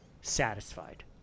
satisfied